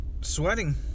sweating